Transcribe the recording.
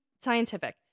Scientific